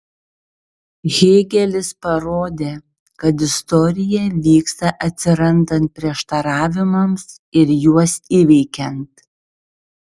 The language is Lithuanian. hėgelis parodė kad istorija vyksta atsirandant prieštaravimams ir juos įveikiant